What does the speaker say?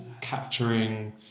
capturing